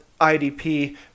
IDP